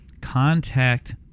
contact